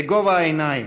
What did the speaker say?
בגובה העיניים,